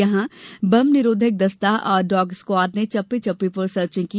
यहां बम निरोधक दस्ता और डॉग स्क्वॉड ने चप्पे चप्पे पर सर्चिंग की